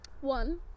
one